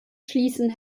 schließen